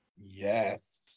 Yes